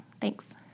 Thanks